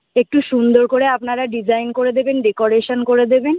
একটু সুন্দর করে আপনারা ডিজাইন করে দেবেন ডেকোরেশন করে দেবেন